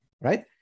right